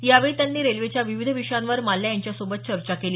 यावेळी त्यांनी रेल्वेच्या विविध विषयांवर माल्या यांच्यासोबत चर्चा केली